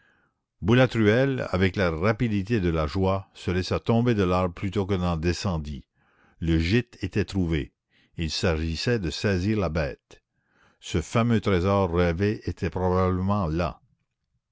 boulatruelle avec la rapidité de la joie se laissa tomber de l'arbre plutôt qu'il n'en descendit le gîte était trouvé il s'agissait de saisir la bête ce fameux trésor rêvé était probablement là